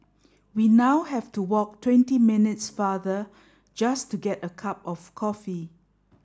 we now have to walk twenty minutes farther just to get a cup of coffee